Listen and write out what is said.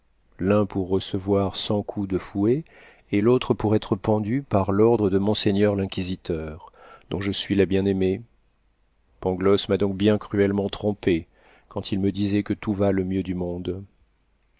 l'un pour recevoir cent coups de fouet et l'autre pour être pendu par l'ordre de monseigneur l'inquisiteur dont je suis la bien-aimée pangloss m'a donc bien cruellement trompée quand il me disait que tout va le mieux du monde